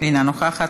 אינה נוכחת,